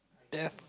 therefore